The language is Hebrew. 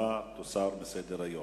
שההצעה תוסר מסדר-היום.